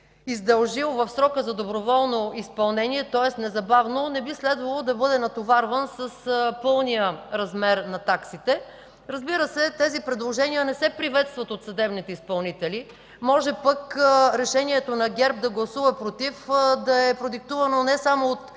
издължил в срока за доброволно изпълнение, тоест незабавно, не би следвало да бъде натоварван с пълния размер на таксите. Разбира се, тези предложения не се приветстват от съдебните изпълнители. Може пък решението на ГЕРБ да гласува „против” да е продиктувано не само от